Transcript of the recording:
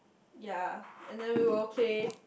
ya and then we will play